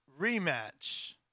rematch